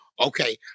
okay